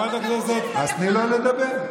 אז תני לו לדבר.